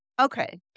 okay